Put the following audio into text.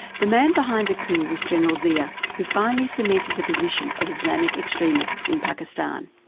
the man behind the coup was general zia, who finally cemented the position of islamic extremists in pakistan.